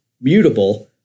mutable